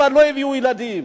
הולכים למילואים,